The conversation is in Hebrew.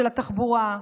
של התחבורה,